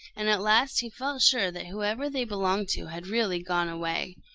and at last he felt sure that whoever they belonged to had really gone away.